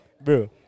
Bro